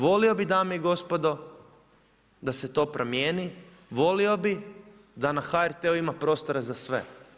Volio bi dame i gospodo, da se to promijeni, volio bi da na HRT-u ima prostora za sve.